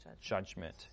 judgment